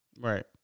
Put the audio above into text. Right